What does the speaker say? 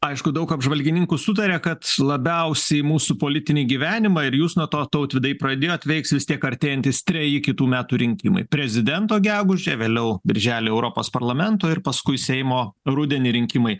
aišku daug apžvalgininkų sutaria kad labiausiai mūsų politinį gyvenimą ir jūs nuo to tautvydai pradėjot veiks vis tiek artėjantys treji kitų metų rinkimai prezidento gegužę vėliau birželį europos parlamento ir paskui seimo rudenį rinkimai